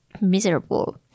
miserable